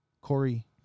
Corey